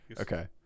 Okay